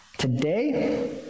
Today